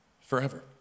forever